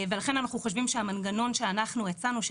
ולכן אנחנו חושבים שהמנגנון שאנחנו הצענו,